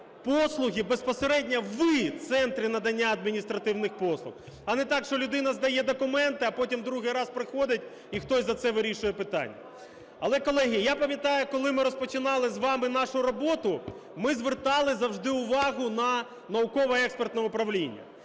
послуги безпосередньо в центрі надання адміністративних послуг, а не так, що людина здає документи, а потім другий раз приходить - і хтось за це вирішує питання. Але, колеги, я пам'ятаю, коли ми розпочинали з вами нашу роботу, ми звертали завжди увагу на Науково-експертне управління.